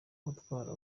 gutwara